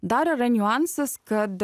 dar yra niuansas kad